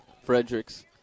Fredericks